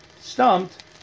Stumped